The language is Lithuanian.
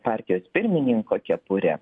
partijos pirmininko kepurė